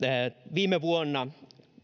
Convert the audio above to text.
viime vuonna